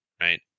Right